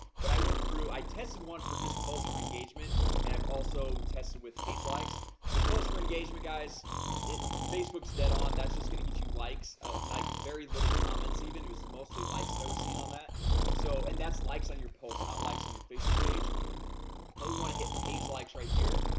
but i went through i tested one for just pulse for engagement and i've also tested with page likes the posts for engagement guys it facebook is dead on that's just gonna get you likes like very little comments even who's mostly likes as i was seen on that so and that's likes on your pulse not likes on your facebook page but we want to hit page likes right here,